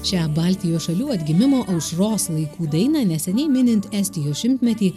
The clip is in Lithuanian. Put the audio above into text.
šią baltijos šalių atgimimo aušros laikų dainą neseniai minint estijos šimtmetį